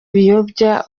biyobya